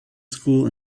school